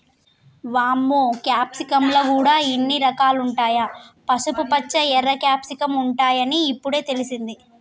వామ్మో క్యాప్సికమ్ ల గూడా ఇన్ని రకాలుంటాయా, పసుపుపచ్చ, ఎర్ర క్యాప్సికమ్ ఉంటాయని ఇప్పుడే తెలిసింది